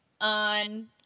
On